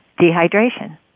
dehydration